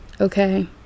Okay